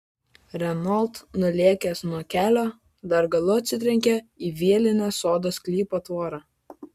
renault nulėkęs nuo kelio dar galu atsitrenkė į vielinę sodo sklypo tvorą